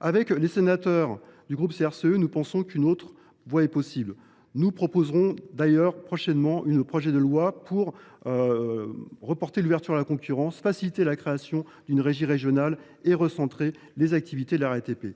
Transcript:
Avec les sénateurs du groupe CRCE K, nous pensons qu’une autre voie est possible. Nous déposerons prochainement une proposition de loi visant à reporter l’ouverture à la concurrence, faciliter la création d’une régie régionale et recentrer les activités de la RATP.